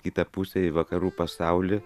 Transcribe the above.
kitą pusę į vakarų pasaulį